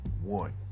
one